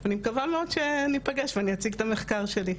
אני מקווה מאוד שנפגש ואני אציג את המחקר שלי.